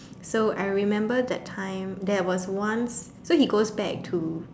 so I remember that time there was once so he goes back to